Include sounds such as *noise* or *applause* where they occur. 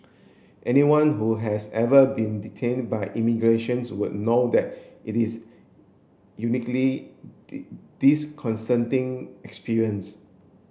anyone who has ever been detained by immigrations would know that it is uniquely *unintelligible* experience